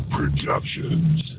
Productions